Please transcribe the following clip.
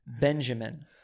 Benjamin